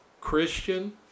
Christian